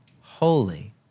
holy